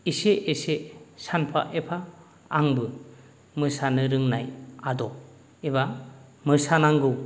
एसे एसे सानफा एफा आंबो मोसानो रोंनाय आदब एबा मोसानांगौ